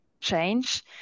change